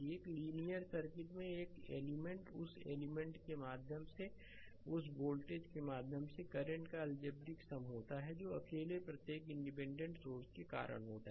एक linear circuit में एक एलिमेंट उसएलिमेंट के माध्यम से या उस वोल्टेज के माध्यम से करंट का अलजेब्रिक सम होता है जो अकेले प्रत्येक इंडिपेंडेंट सोर्स के कारण होता है